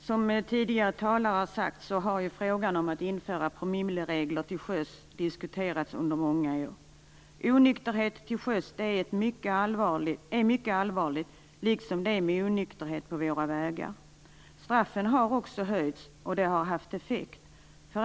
Herr talman! Som tidigare talare har sagt har frågan om att införa promilleregler till sjöss diskuterats under många år. Onykterhet till sjöss är mycket allvarligt, liksom onykterhet på våra vägar. Straffen har också höjts, och det har haft effekt.